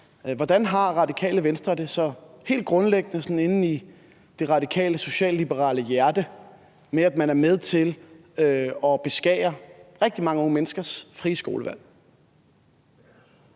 hvordan har Radikale Venstre det så helt grundlæggende inde i det radikale, socialliberale hjerte med, at man er med til at beskære rigtig mange unge menneskers frie skolevalg?